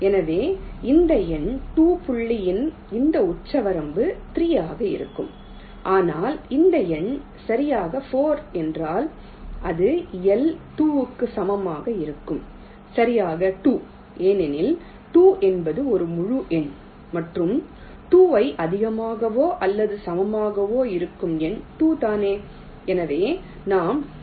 எனவே இந்த எண் 2 புள்ளியின் இந்த உச்சவரம்பு 3 ஆக இருக்கும் ஆனால் இந்த எண் சரியாக 4 என்றால் அது L 2 க்கு சமம் ஆக இருக்கும் சரியாக 2 ஏனெனில் 2 என்பது ஒரு முழு எண் மற்றும் 2 ஐ அதிகமாகவோ அல்லது சமமாகவோ இருக்கும் எண் 2 தானே எனவே நாம் 2